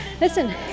Listen